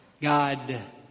God